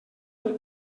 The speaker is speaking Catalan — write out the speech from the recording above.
del